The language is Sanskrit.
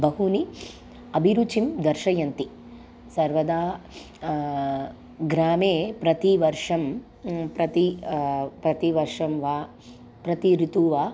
बहूनि अभिरुचिं दर्शयन्ति सर्वदा ग्रामे प्रतिवर्षं प्रति प्रतिवर्षं वा प्रति ऋतु वा